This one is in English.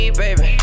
baby